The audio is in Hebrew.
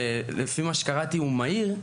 שלפי מה שקראתי הוא מהיר,